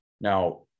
Now